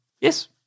Yes